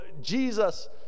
Jesus